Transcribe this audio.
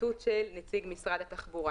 ציטוט של נציג משרד התחבורה.